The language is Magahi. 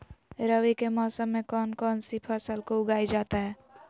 रवि के मौसम में कौन कौन सी फसल को उगाई जाता है?